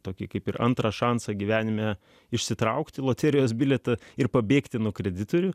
tokie kaip ir antrą šansą gyvenime išsitraukti loterijos bilietą ir pabėgti nuo kreditorių